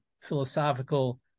philosophical